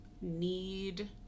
need